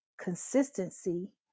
consistency